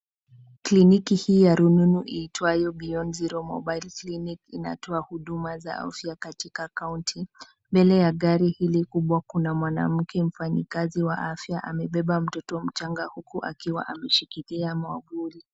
Kliniki hii ya rununu iitwayo Beyond Zero Mobile Clinic inatoa huduma za afya katika kaunti. Mbele ya gari hili kubwa kuna mwanamke mfanyikazi wa afya amebeba mtoto mchanga huku akiwa ameshikilia mwavuli.